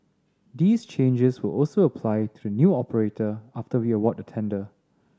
these changes will also apply to the new operator after we award the tender